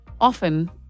often